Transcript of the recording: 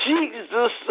Jesus